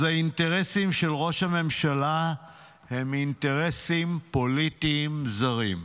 אז האינטרסים של ראש הממשלה הם אינטרסים פוליטיים זרים.